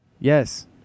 Yes